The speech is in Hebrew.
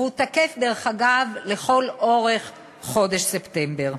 התקף, דרך אגב, לכל אורך חודש ספטמבר.